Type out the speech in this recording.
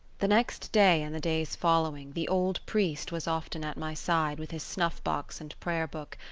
the next day and the days following the old priest was often at my side with his snuff-box and prayer book,